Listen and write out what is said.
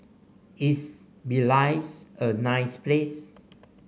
is Belize a nice place